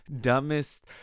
dumbest